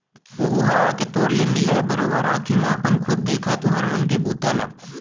ओहूँ ह आके तोर ले मिलय, बरोबर आंखी म अपन खुद देखय तुँहर मन के बूता ल